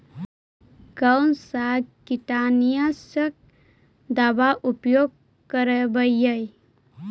कोन सा कीटनाशक दवा उपयोग करबय?